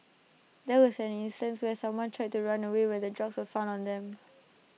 there was an instance where someone tried to run away when the drugs were found on them